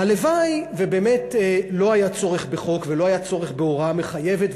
הלוואי שבאמת לא היה צורך בחוק ולא היה צורך בהוראה מחייבת,